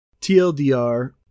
TLDR